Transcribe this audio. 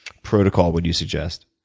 protocol would you suggest?